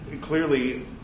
clearly